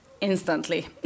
instantly